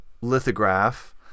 lithograph